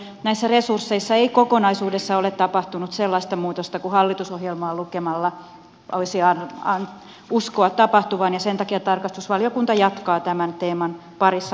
näissä resursseissa ei kokonaisuudessaan ole tapahtunut sellaista muutosta kuin hallitusohjelmaa lukemalla voisi uskoa tapahtuvan ja sen takia tarkastusvaliokunta jatkaa tämän teeman parissa monellakin kertaa